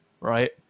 Right